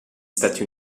stati